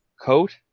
coat